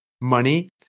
money